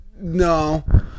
No